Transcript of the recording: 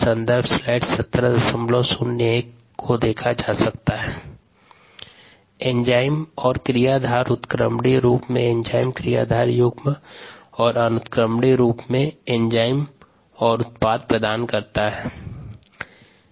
संदर्भ slide time 1701 enzyme और क्रियाधार उत्क्रमणीय रूप में एंजाइम क्रियाधार युग्म और अनुत्क्रमणीय रूप से एंजाइम और उत्पाद प्रदान करता है